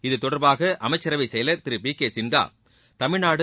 இது தொடர்பாக அமைச்சரவை செயலர் திரு பி கே சின்ஹா தமிழ்நாடு